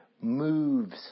moves